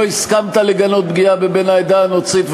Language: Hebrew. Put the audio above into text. לא הסכמת לגנות פגיעה בבן העדה הנוצרית,